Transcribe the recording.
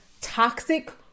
toxic